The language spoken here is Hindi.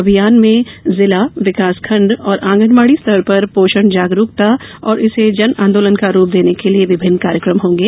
अभियान में जिला विकासखंड और आंगनवाड़ी स्तर पर पोषण जागरूकता और इसे जन आंदोलन का रूप देने के लिए विभिन्न कार्यक्रम होंगे